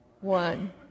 one